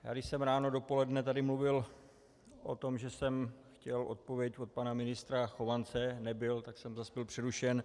Když jsem ráno, dopoledne tady mluvil o tom, že jsem chtěl odpověď od pana ministra Chovance, nebyl, tak jsem zase byl přerušen.